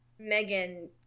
Megan